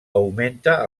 augmenta